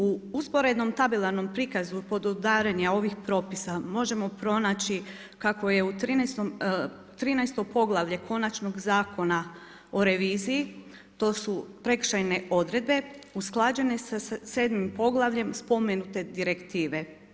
U usporednom tabelarnom prikazu podudaranja ovih propisa možemo pronaći kako je trinaesto poglavlje Konačnog zakona o reviziji to su prekršajne odredbe usklađene sa sedmim poglavljem spomenute direktive.